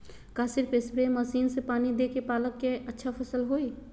का सिर्फ spray machine से पानी देके पालक के अच्छा फसल होई?